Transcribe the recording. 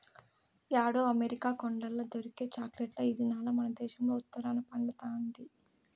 యాడో అమెరికా కొండల్ల దొరికే చాక్లెట్ ఈ దినాల్ల మనదేశంల ఉత్తరాన పండతండాది